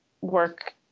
work